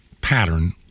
pattern